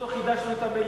בזכותו חידשנו את המליאה.